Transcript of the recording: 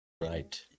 Right